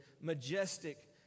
majestic